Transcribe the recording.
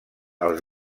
els